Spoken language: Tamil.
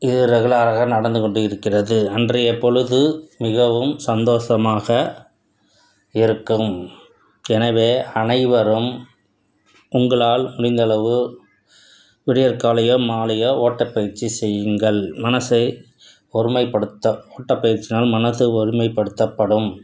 இது ரெகுலராக நடந்துக் கொண்டு இருக்கிறது அன்றையப் பொழுது மிகவும் சந்தோஷமாக இருக்கும் எனவே அனைவரும் உங்களால் முடிந்தளவு விடியற்காலையோ மாலையோ ஓட்டப் பயிற்சி செய்யுங்கள் மனசை ஒருமைப்படுத்த ஓட்டப் பயிற்சியினால் மனசை ஒருமைப் படுத்தப்படும்